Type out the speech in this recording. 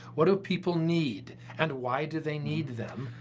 what do people need and why do they need them?